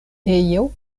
ejo